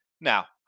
Now